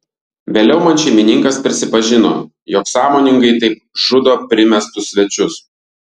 vėliau man šeimininkas prisipažino jog sąmoningai taip žudo primestus svečius